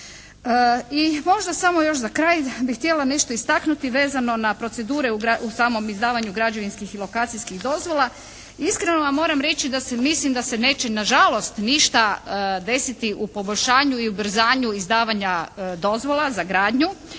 I možda samo još za kraj bih htjela nešto istaknuti vezano na procedure u samom izdavanju građevinskih i lokacijskih dozvola. Iskreno vam moram reći da se, mislim da se neće na žalost ništa desiti u poboljšanju i ubrzanju izdavanja dozvola za gradnju.